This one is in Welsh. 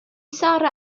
sarra